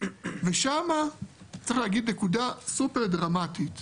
ושם צריך להגיד נקודה סופר דרמטית: